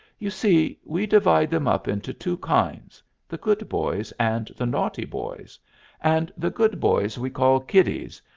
you see, we divide them up into two kinds the good boys and the naughty boys and the good boys we call kiddies,